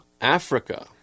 Africa